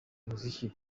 muziki